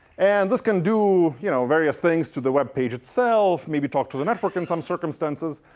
and this can do you know various things to the web page itself, maybe talk to the network in some circumstances.